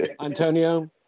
Antonio